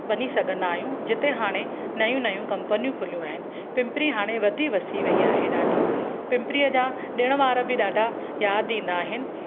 वञी सघंदा आहियूं जिते हाणे नयूं नयूं कंपनियूं खुलियूं आहिनि पिंपरी हाणे वधी वसी वेई आहे ॾाढी पिंपरीअ जा ॾिणु वार बि ॾाढा यादि ईंदा आहिनि